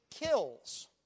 kills